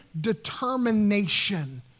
determination